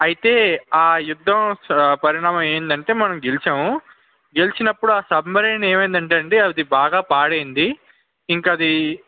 అయితే ఆ యుద్ధం చ పరిణామం ఏంటంటే మనం గెలిచాము గెలిచినప్పుడు ఆ సబ్మరీన్ ఏమైంది అంటే అండి అది బాగా పాడైంది ఇంకా అది